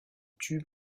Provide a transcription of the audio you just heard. tubes